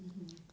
mmhmm